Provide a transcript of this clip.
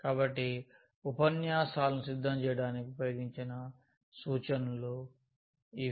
కాబట్టి ఈ ఉపన్యాసాలను సిద్ధం చేయడానికి ఉపయోగించిన సూచనలు ఇవి